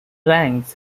ranks